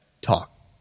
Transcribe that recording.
talk